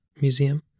Museum